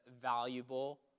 valuable